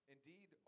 Indeed